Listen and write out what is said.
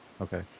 okay